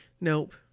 Nope